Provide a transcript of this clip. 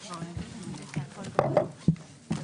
הישיבה ננעלה בשעה 13:48.